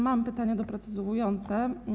Mam pytanie doprecyzowujące.